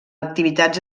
activitats